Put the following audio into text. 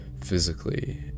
physically